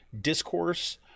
discourse